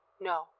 No